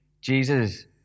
Jesus